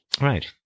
Right